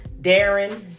Darren